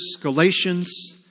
Galatians